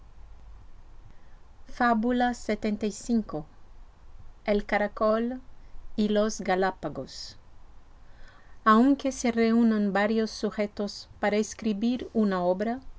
fábula lxxv el caracol y los galápagos aunque se reúnan varios sujetos para escribir una obra